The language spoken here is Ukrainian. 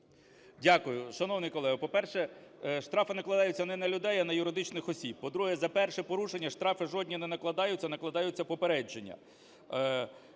Дякую. Шановний колего, по-перше, штрафи накладаються не на людей, а на юридичних осіб. По-друге, за перше порушення штрафи жодні не накладаються, накладаються попередження.